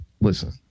listen